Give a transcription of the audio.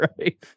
Right